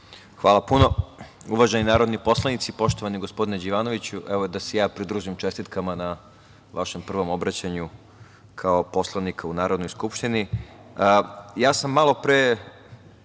Hvala puno. Uvaženi narodni poslanici, poštovani gospodine Đivanoviću, evo da se i ja pridružim čestitkama na vašem prvom obraćanju kao poslanika u Narodnoj skupštini. Ja sam malopre